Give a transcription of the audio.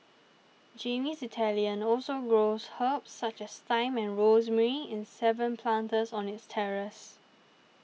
Jamie's Italian also grows herbs such as thyme and rosemary in seven planters on its terrace